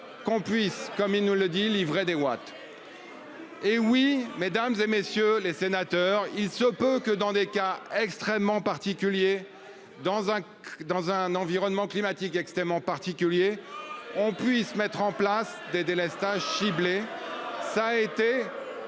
qu'on puisse, comme il nous le dit livrer watts. Hé oui mesdames et messieurs les sénateurs, il se peut que dans des cas extrêmement particulier. Dans un, dans un environnement climatique extrêmement particulier on puisse mettre en place des délestages ciblées. Hé